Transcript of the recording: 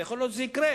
ויכול להיות שזה יקרה.